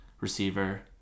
receiver